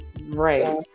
Right